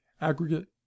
aggregate